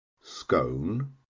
scone